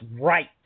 right